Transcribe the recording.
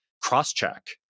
cross-check